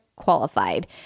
qualified